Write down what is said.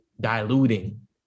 diluting